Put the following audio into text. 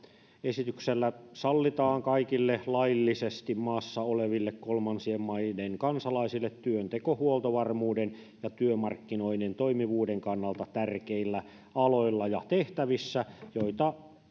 esityksellä sallitaan kaikille laillisesti maassa oleville kolmansien maiden kansalaisille työnteko huoltovarmuuden ja työmarkkinoiden toimivuuden kannalta tärkeillä aloilla ja tehtävissä joita